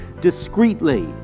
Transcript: discreetly